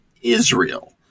Israel